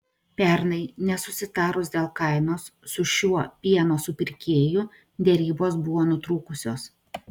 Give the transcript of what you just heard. pernai nesusitarus dėl kainos su šiuo pieno supirkėju derybos buvo nutrūkusios